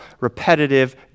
repetitive